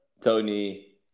Tony